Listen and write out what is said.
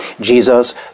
Jesus